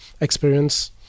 experience